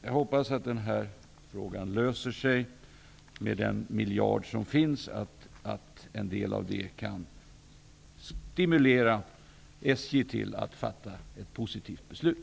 Jag hoppas att denna fråga kommer att lösa sig med den miljard som finns, och att SJ därigenom kan stimuleras att fatta ett positivt beslut.